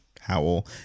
Howell